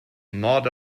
not